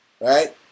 Right